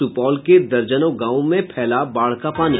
सुपौल के दर्जनों गांवों में फैला बाढ़ का पानी